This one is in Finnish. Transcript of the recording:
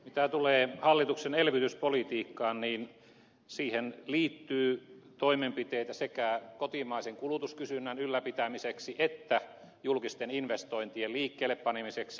mitä tulee hallituksen elvytyspolitiikkaan niin siihen liittyy toimenpiteitä sekä kotimaisen kulutuskysynnän ylläpitämiseksi että julkisten investointien liikkeellepanemiseksi